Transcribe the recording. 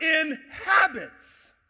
inhabits